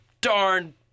darn